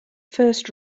first